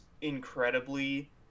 incredibly